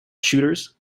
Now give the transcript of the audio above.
shooters